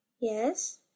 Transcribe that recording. Yes